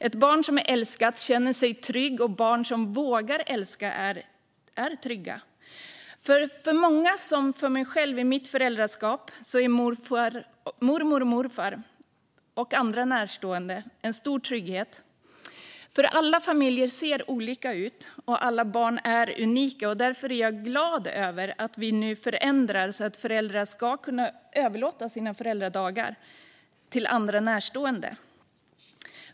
Ett barn som är älskat känner sig tryggt, och barn som vågar älska är trygga. För många, liksom för mig själv i mitt föräldraskap, är mormor och morfar och andra närstående en stor trygghet. Alla familjer ser olika ut, och alla barn är unika. Därför är jag glad över att vi nu förändrar så att föräldrar ska kunna överlåta sina föräldradagar till andra närstående.